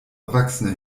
erwachsene